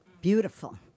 Beautiful